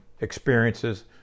experiences